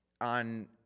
on